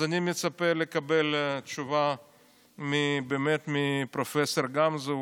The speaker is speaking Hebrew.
אז אני באמת מצפה לקבל תשובה מפרופ' גמזו,